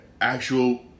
actual